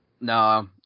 No